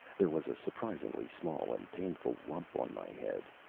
there was a surprisingly small and painful lump on my head.